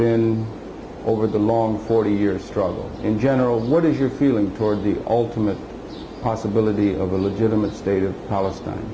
been over the long forty year struggle in general what is your feeling toward the ultimate possibility a legitimate state of palestine